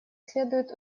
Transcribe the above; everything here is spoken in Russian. следует